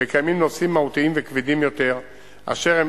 וקיימים נושאים מהותיים וכבדים יותר אשר הם